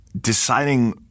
deciding